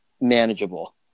manageable